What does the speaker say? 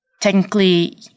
technically